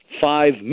five